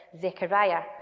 Zechariah